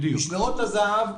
משמרות הזה"ב,